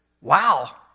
wow